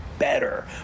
better